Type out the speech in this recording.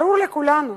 ברור לכולנו